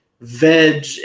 veg